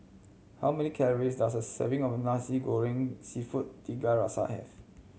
how many calories does a serving of Nasi Goreng Seafood Tiga Rasa have